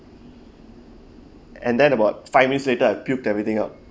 and then about five minutes later I puke everything out